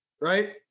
right